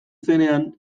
zenean